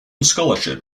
scholarship